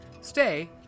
Stay